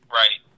right